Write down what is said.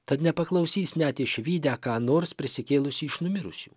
tad nepaklausys net išvydę ką nors prisikėlusį iš numirusių